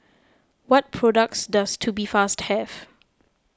what products does Tubifast have